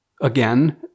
Again